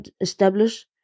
establish